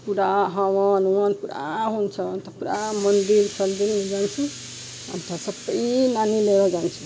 पुरा हवनओवन पुरा हुन्छ अन्त पुरा मन्दिर पनि जान्छु अन्त सबै नानी लिएर जान्छु